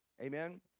amen